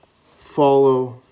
follow